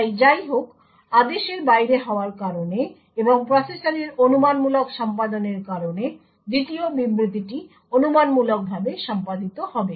তাই যাইহোক আদেশের বাইরে হওয়ার কারণে এবং প্রসেসরের অনুমানমূলক সম্পাদনের কারণে দ্বিতীয় বিবৃতিটি অনুমানমূলকভাবে সম্পাদিত হবে